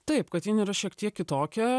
taip kad jin yra šiek tiek kitokia